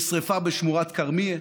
יש שרפה בשמורת כרמיה.